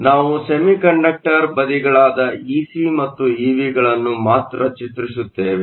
ನಾವು ಸೆಮಿಕಂಡಕ್ಟರ್ ಬದಿಗಳಾದ Ec ಮತ್ತು EV ಗಳನ್ನು ಮಾತ್ರ ಚಿತ್ರಿಸುತ್ತೇವೆ